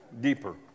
Deeper